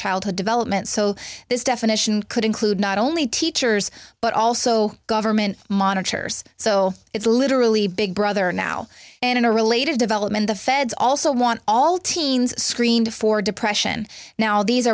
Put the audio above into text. childhood development so this definition could include not only teachers but also government monitors so it's literally big brother now and in a related development the feds also want all teens screened for depression now these